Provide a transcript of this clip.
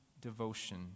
devotion